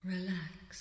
Relax